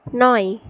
নয়